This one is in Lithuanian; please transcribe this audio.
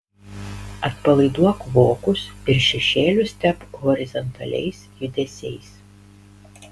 atpalaiduok vokus ir šešėlius tepk horizontaliais judesiais